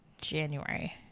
january